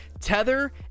tether